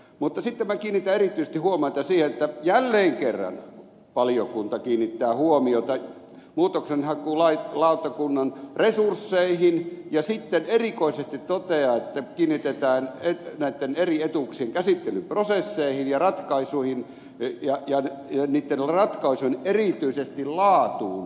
mutta sitten minä kiinnitän erityisesti huomiota siihen että jälleen kerran valiokunta kiinnittää huomiota muutoksenhakulautakunnan resursseihin ja sitten erikoisesti toteaa että kiinnitetään näitten eri etuuksien käsittelyprosesseihin ja ratkaisuihin ja erityisesti niitten ratkaisujen laatuun huomiota